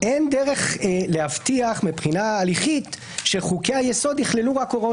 אין דרך להבטיח מבחינה הליכית שחוקי היסוד יכללו רק הוראות